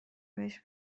بهش